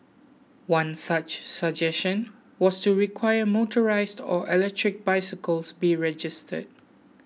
one such suggestion was to require motorised or electric bicycles be registered